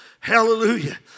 Hallelujah